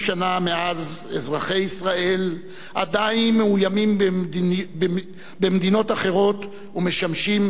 אזרחי ישראל עדיין מאוימים במדינות אחרות ומשמשים מטרה לטרור.